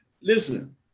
Listen